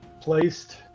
placed